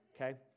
okay